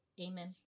Amen